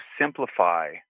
simplify